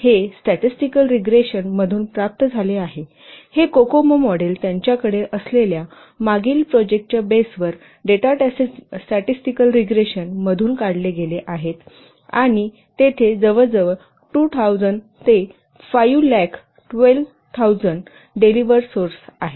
हे statistical regression मधून प्राप्त झाले आहे हे कोकोमो मॉडेल त्यांच्याकडे असलेल्या मागील प्रोजेक्टच्या बेसवर डेटा स्टॅटेस्टिकल रीग्रेशन मधून काढले गेले आहेत आणि तेथे जवळजवळ 2000 ते 5 लाख 12000 डेलिव्हरड सोर्स आहेत